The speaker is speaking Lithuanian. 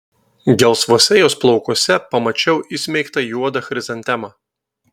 gelsvuose jos plaukuose pamačiau įsmeigtą juodą chrizantemą